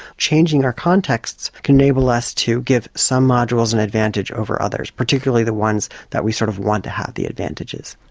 changing our contexts can enable us to give some modules an advantage over others, particularly the ones that we sort of want to have the advantages.